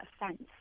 offense